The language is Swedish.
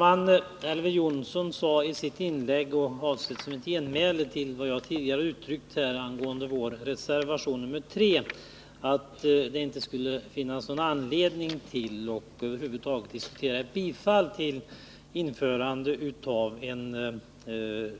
Herr talman! I sitt inlägg, som var avsett såsom ett genmäle mot vad jag tidigare hade sagt angående vår reservation nr 3, framhöll Elver Jonsson att det inte skulle finnas någon anledning att över huvud taget diskutera införande av en